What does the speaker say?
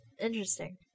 Interesting